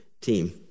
team